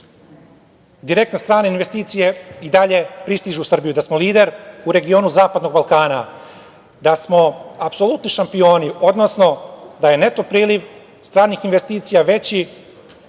direktne strane investicije i dalje pristižu u Srbiju, da smo lider u regionu Zapadnog Balkana, da smo apsolutni šampioni, odnosno da je neto priliv stranih investicija veći